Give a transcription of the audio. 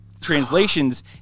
translations